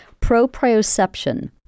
proprioception